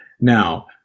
Now